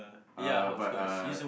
uh but uh